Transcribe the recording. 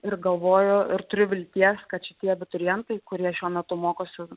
ir galvoju ir turiu vilties kad šitie abiturientai kurie šiuo metu mokosi